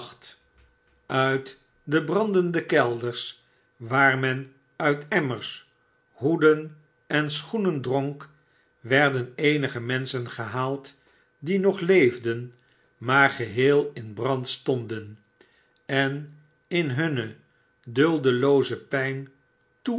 uit de brandende kelders waar men uit emmers hoeden en schoenen dronk werden eenige menschen gehaald die nogleefden maar geheel in brand stonden en in hunne duldelooze pijn